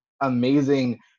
amazing